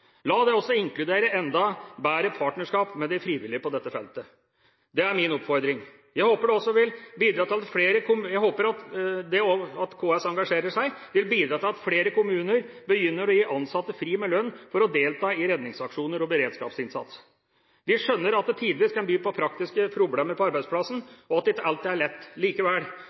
La det også inkludere enda bedre partnerskap med de frivillige på dette feltet. Det er min oppfordring. Jeg håper at det at KS engasjerer seg, vil bidra til at flere kommuner begynner å gi ansatte fri med lønn for å delta i redningsaksjoner og beredskapsinnsats. Vi skjønner at det tidvis kan by på praktiske problemer på arbeidsplassen, og at det ikke alltid er lett – likevel: